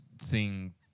seeing